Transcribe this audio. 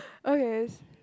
okay